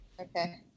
Okay